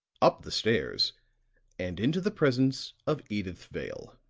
up the stairs and into the presence of edyth vale.